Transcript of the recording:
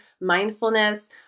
mindfulness